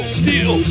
steel